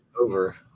Over